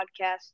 podcast